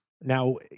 Now